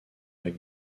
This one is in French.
avec